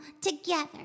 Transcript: together